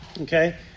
Okay